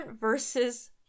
versus